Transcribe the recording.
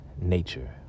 nature